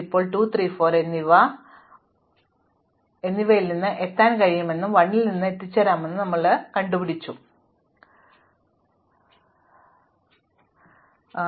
ഇപ്പോൾ 2 3 4 എന്നിവയിൽ നിന്ന് എത്താൻ കഴിയുന്ന എന്തും 1 ൽ നിന്ന് എത്തിച്ചേരാം അതിനാൽ ഞങ്ങൾ ഇപ്പോൾ പര്യവേക്ഷണം ചെയ്ത അയൽവാസികളിലേക്ക് ഓരോന്നായി ശ്രദ്ധ കേന്ദ്രീകരിക്കുകയും അവരുടെ അയൽക്കാരെ നോക്കുകയും ചെയ്യുന്നു